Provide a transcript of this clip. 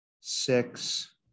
six